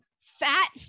fat